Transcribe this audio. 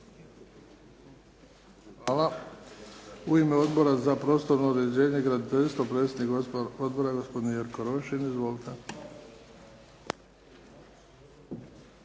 Hvala. U ime Odbora za prostorno uređenje i graditeljstvo, predsjednik odbora, gospodin Jerko Rošin. Izvolite.